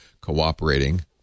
cooperating